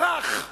טראח,